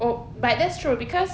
oh but that's true cause